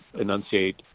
enunciate